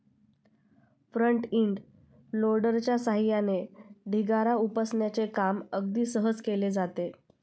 front end लोडरच्या सहाय्याने ढिगारा उपसण्याचे काम अगदी सहज केले जाते